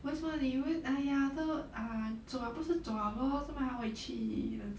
为什么你会 !aiya! 都 ah 走了不是走了 lor 怎么还要回去